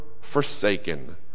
forsaken